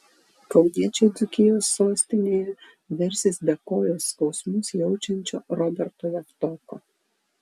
kauniečiai dzūkijos sostinėje versis be kojos skausmus jaučiančio roberto javtoko